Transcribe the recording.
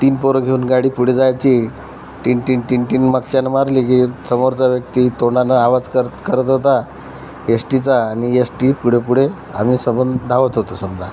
तीन पोरं घेऊन गाडी पुढे जायची टिन टिन टिन टिन मागच्यानं मारली की समोरचा व्यक्ती तोंडानं आवाज करत करत होता येश्टीचा आणि येश्टी पुढे पुढे आम्ही सबंध धावत होतो समजा